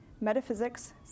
metaphysics